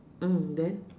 mm then